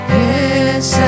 yes